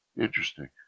Interesting